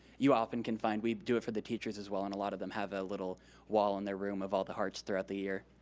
you often can find, we do it for the teachers as well, and a lot of them have a little wall in their room of all the hearts throughout the year.